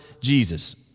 Jesus